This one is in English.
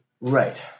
Right